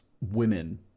women